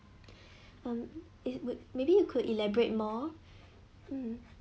um it would maybe you could elaborate more mm